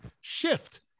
shift